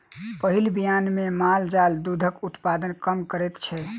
पहिल बियान मे माल जाल दूधक उत्पादन कम करैत छै